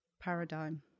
paradigm